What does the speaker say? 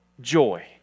joy